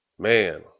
Man